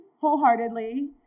wholeheartedly